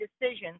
decisions